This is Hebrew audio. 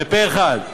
פה-אחד,